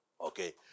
Okay